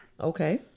Okay